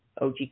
OG